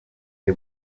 ari